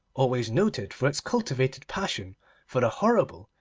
always noted for its cultivated passion for the horrible,